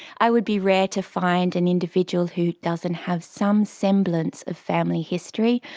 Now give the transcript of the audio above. i would be rare to find and individual who doesn't have some semblance of family history,